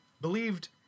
believed